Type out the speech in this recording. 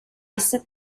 price